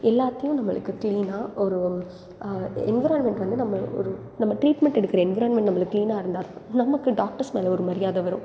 எல்லாத்தையும் நம்மளுக்கு க்ளீனாக ஒரு என்விரான்மெண்ட் வந்து நம்ம ஒரு நம்ம ட்ரீட்மெண்ட் எடுக்கிற என்விரான்மெண்ட் நம்மளுக்கு க்ளீனாக இருந்தால் நமக்கு டாக்டர்ஸ் மேலே ஒரு மரியாதை வரும்